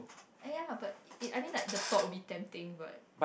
eh ya lah but I mean like the thought would be tempting but